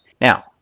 Now